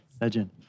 Legend